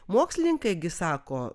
mokslininkai gi sako